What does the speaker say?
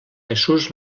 jesús